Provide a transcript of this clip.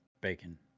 bacon